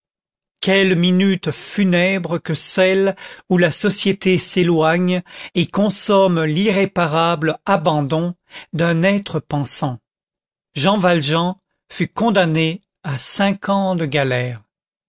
quelle minute funèbre que celle où la société s'éloigne et consomme l'irréparable abandon d'un être pensant jean valjean fut condamné à cinq ans de galères